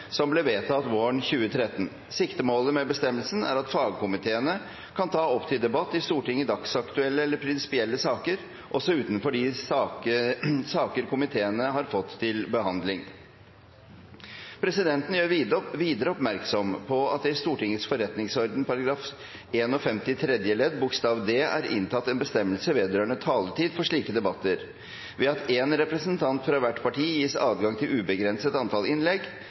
Stortinget dagsaktuelle eller prinsipielle saker også utenfor de saker komiteene har fått til behandling. Presidenten gjør videre oppmerksom på at det i Stortingets forretningsorden § 51 tredje ledd bokstav d er inntatt en bestemmelse vedrørende taletid for slike debatter, ved at én representant fra hvert parti gis adgang til et ubegrenset antall innlegg.